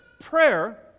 prayer